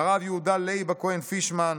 הרב יהודה ליב הכהן פישמן,